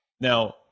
Now